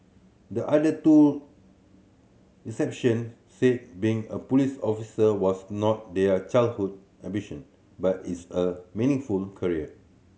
the other two reception said being a police officer was not their childhood ambition but is a meaningful career